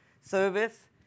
service